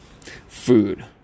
Food